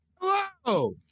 Hello